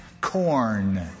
corn